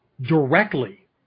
directly